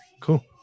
cool